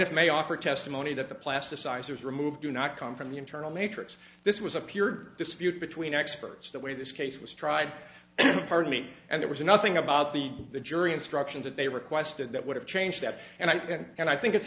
plaintiff may offer testimony that the plasticizers removed do not come from the internal matrix this was a pure dispute between experts the way this case was tried heard me and there was nothing about the jury instructions that they requested that would have changed that and i think and i think it's